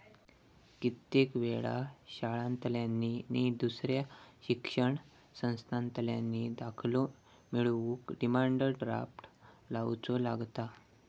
कित्येक वेळा शाळांतल्यानी नि दुसऱ्या शिक्षण संस्थांतल्यानी दाखलो मिळवूक डिमांड ड्राफ्ट लावुचो लागता